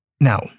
Now